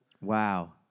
Wow